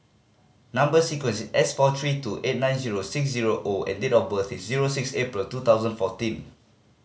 number sequence is S four three two eight nine zero six zero O and date of birth is zero six April two thousand fourteen